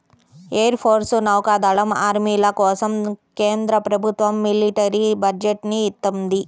air force, నౌకా దళం, ఆర్మీల కోసం కేంద్ర ప్రభుత్వం మిలిటరీ బడ్జెట్ ని ఇత్తంది